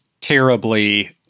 terribly